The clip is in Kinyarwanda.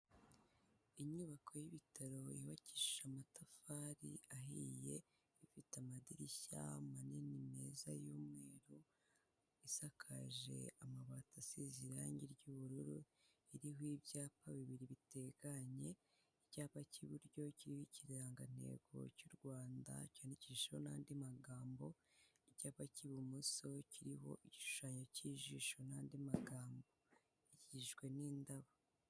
Inyubako y'ibitaro yubakishije amatafari ahiye, ifite amadirishya manini meza y'umweru, isakaje amabati asize irangi ry'ubururu, iriho ibyapa bibiri biteganye, icyapa k'iburyo kiriho ikirangantego cy'u Rwanda, cyandikijweho n'andi magambo, icyapa cy'ibumoso kiriho igishushanyo k'ijisho n'andi magambo gikikijwe n'indabo.